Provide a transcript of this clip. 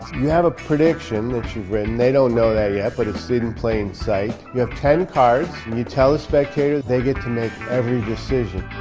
you have a prediction that you've written they don't know that yet but a student playing site you have ten cards when you tell the spectators they get to make every decision